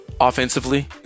offensively